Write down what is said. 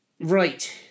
right